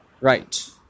right